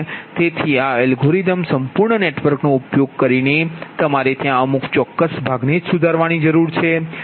તેથી આ અલ્ગોરિધમ સંપૂર્ણ નેટવર્કનો ઉપયોગ કરીને તમારે ત્યાં અમુક ચોક્કસ ભાગને જ સુધારવાની જરૂર છે